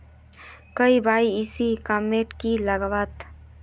KYC format की लगावल?